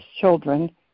children